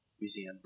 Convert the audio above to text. Museum